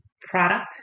product